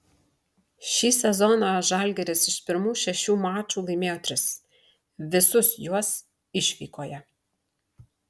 šį sezoną žalgiris iš pirmų šešių mačų laimėjo tris visus juos išvykoje